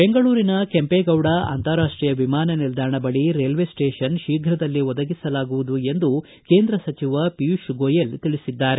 ಬೆಂಗಳೂರಿನ ಕೆಂಪೇಗೌಡ ಅಂತಾರಾಷ್ಟೀಯ ವಿಮಾನ ನಿಲ್ದಾಣ ಬಳಿ ರೈಲ್ವೆ ಸ್ವೇಷನ್ ಶೀಘದಲ್ಲಿ ಒದಗಿಸಲಾಗುವುದು ಎಂದು ಕೇಂದ್ರ ಸಚಿವ ಪಿಯೂಷ್ ಗೋಯಲ್ ತಿಳಿಸಿದ್ದಾರೆ